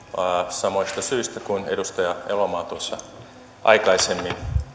samoista syistä kuin edustaja elomaa tuossa aikaisemmin